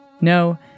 No